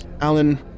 Alan